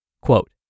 Quote